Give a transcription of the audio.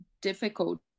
difficult